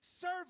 Serve